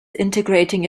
integrating